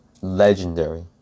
legendary